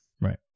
Right